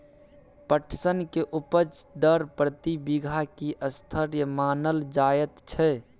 पटसन के उपज दर प्रति बीघा की स्तरीय मानल जायत छै?